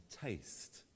taste